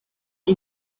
you